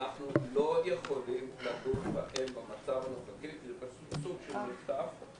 אנחנו לא יכולים דון בהם במצב הנוכחי כי זה סוג של מחטף,